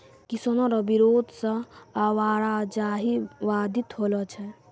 किसानो रो बिरोध से आवाजाही बाधित होलो छै